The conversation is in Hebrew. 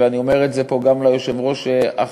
ואני אומר את זה פה גם ליושב-ראש עכשיו,